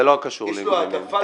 זה לא קשור לניגוד עניינים.